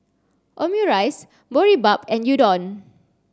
Omurice Boribap and Udon